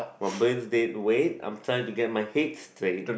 my brain's dead weight I'm trying to get my head straight